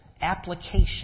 Application